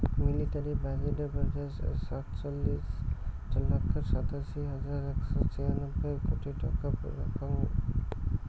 military budget এ পর্যায়ে সাতচল্লিশ লক্ষ সাতাশি হাজার একশো ছিয়ানব্বই কোটি টাকা রাখ্যাং